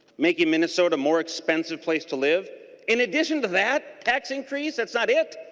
making minnesota more expensive place to live in addition to that tax increase that's not it.